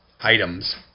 items